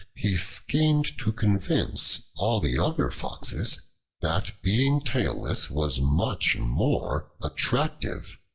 he schemed to convince all the other foxes that being tailless was much more attractive,